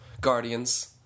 Guardians